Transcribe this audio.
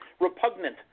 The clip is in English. repugnant